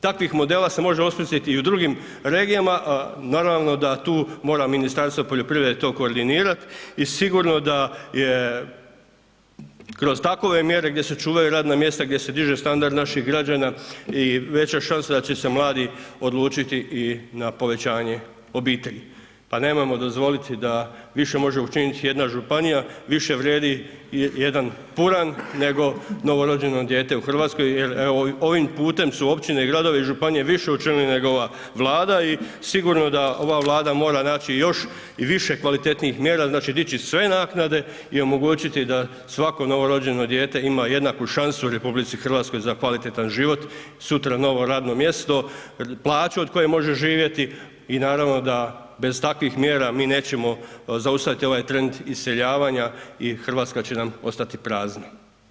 Takvih modela se može osmisliti i u drugim regijama, naravno da tu mora Ministarstvo poljoprivrede to koordinirat i sigurno da je kroz takve mjere gdje se čuvaju radna mjesta, gdje se diže standard naših građana i veća šansa da će se mladi odlučiti i na povećanje obitelji pa nemojmo dozvoliti da više može učiniti jedna županija, više vrijedi jedan puran ego novorođeno dijete u Hrvatskoj jer evo, ovim putem su općine, gradovi i županije više učinili nego ova Vlada i sigurno da ova Vlada mora naći još i više kvalitetnijih mjera, znači dići sve naknade i omogućiti da svako novorođeno dijete ima jednaku šansu u RH za kvalitetan život, sutra novo radno mjesto, plaću od koje može živjeti i naravno da bez takvih mjera mi nećemo zaustaviti ovaj trend iseljavanja i Hrvatska će nam ostati prazna.